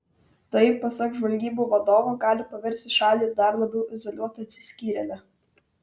tai pasak žvalgybų vadovo gali paversti šalį dar labiau izoliuota atsiskyrėle